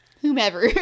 whomever